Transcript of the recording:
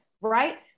right